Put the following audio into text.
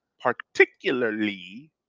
particularly